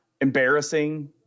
embarrassing